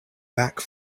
back